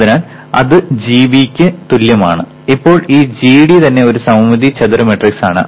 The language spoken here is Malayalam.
അതിനാൽ അത് gB ന് തുല്യമാണ് ഇപ്പോൾ ഈ gD തന്നെ ഒരു സമമിതി ചതുര മാട്രിക്സ് ആണ്